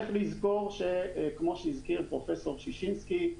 צריך לזכור שכמו שהזכיר פרופ' ששינסקי,